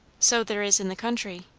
so there is in the country.